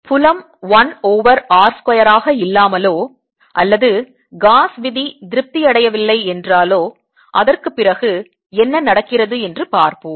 புலம் 1 over r square ஆக இல்லாமலோ அல்லது காஸ் விதி திருப்தியடையவில்லை என்றாலோ அதற்குப் பிறகு என்ன நடக்கிறது என்று பார்ப்போம்